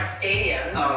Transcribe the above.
stadiums